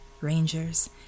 Rangers